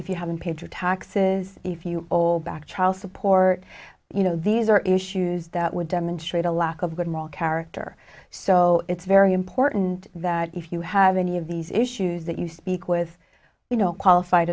if you haven't paid your taxes if you hold back child support you know these are issues that would demonstrate a lack of good moral character so it's very important that if you have any of these issues that you speak with you know qualified